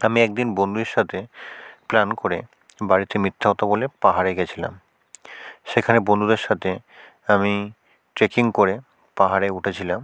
আমি এক দিন বন্ধুদের সাথে প্ল্যান করে বাড়িতে মিথ্যে কথা বলে পাহাড়ে গেছিলাম সেখানে বন্ধুদের সাথে আমি ট্রেকিং করে পাহাড়ে উঠেছিলাম